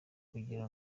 kugira